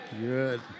Good